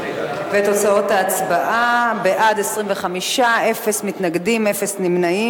תוצאות ההצבעה: בעד, 25, אפס מתנגדים, אפס נמנעים.